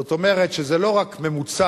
זאת אומרת, זה לא רק ממוצע